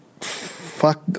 Fuck